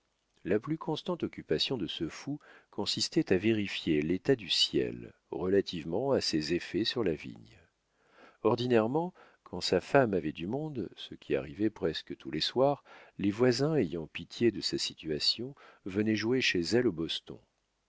la plus constante occupation de ce fou consistait à vérifier l'état du ciel relativement à ses effets sur la vigne ordinairement quand sa femme avait du monde ce qui arrivait presque tous les soirs les voisins ayant pitié de sa situation venaient jouer chez elle au